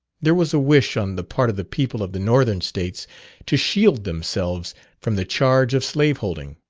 there was a wish on the part of the people of the northern states to shield themselves from the charge of slave-holding,